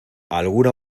alguna